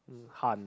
um hunt